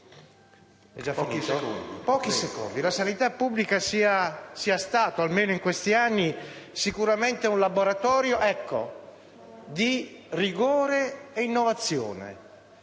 Penso che la sanità pubblica sia stata, almeno in questi anni, sicuramente un laboratorio di rigore e innovazione.